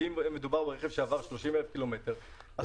אם מדובר ברכב שעבר 30,000 קילומטר,